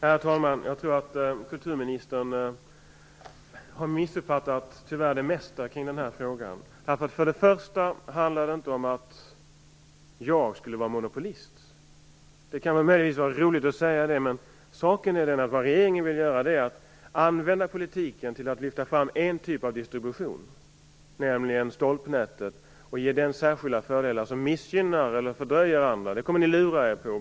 Herr talman! Jag tror att kulturministern tyvärr har missuppfattat det mesta kring den här frågan. Det handlar inte om att jag skulle vara monopolist; det kan möjligen vara roligt att säga. Det handlar om att regeringen vill använda politiken för att lyfta fram en typ av distribution, nämligen stolpnätet, och ge den fördelar som missgynnar eller fördröjer andra. Det kommer ni att lura er på.